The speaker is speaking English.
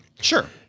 Sure